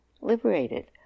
liberated